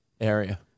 area